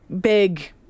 big